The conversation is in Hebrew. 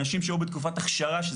אנשים שהיו בתקופת הכשרה,